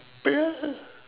bruh